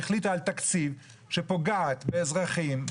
והחליטו על תקציב שפוגע באזרחים,